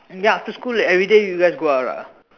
ya after school you guys everyday go out ah